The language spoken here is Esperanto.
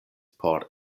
por